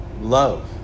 love